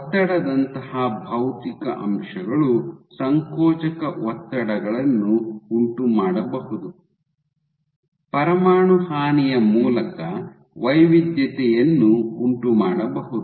ಒತ್ತಡದಂತಹ ಭೌತಿಕ ಅಂಶಗಳು ಸಂಕೋಚಕ ಒತ್ತಡಗಳನ್ನು ಉಂಟುಮಾಡಬಹುದು ಪರಮಾಣು ಹಾನಿಯ ಮೂಲಕ ವೈವಿಧ್ಯತೆಯನ್ನು ಉಂಟುಮಾಡಬಹುದು